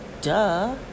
Duh